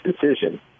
decision